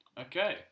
okay